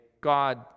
God